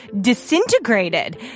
disintegrated